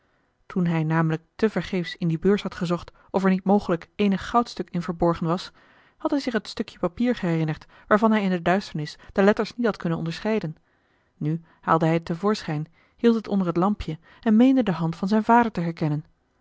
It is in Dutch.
toen hij namelijk te vergeefs in die beurs had gezocht of er niet mogelijk eenig goudstuk in verborgen was had hij zich het stukje papier herinnerd waarvan hij in de duisternis de letters niet had kunnen onderscheiden nu haalde hij het te voorschijn hield het onder het lampje en meende de hand van zijn vader te herkennen